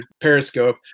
Periscope